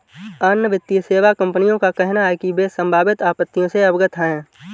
अन्य वित्तीय सेवा कंपनियों का कहना है कि वे संभावित आपत्तियों से अवगत हैं